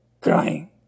crying